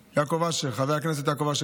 חבר הכנסת יעקב אשר,